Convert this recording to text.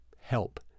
help